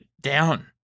down